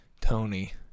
Tony